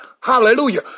Hallelujah